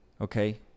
Okay